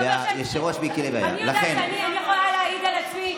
אני יכולה להעיד על עצמי,